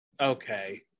okay